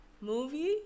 Movie